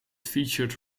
featured